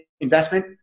investment